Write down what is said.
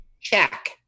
check